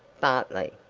bartley.